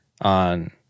on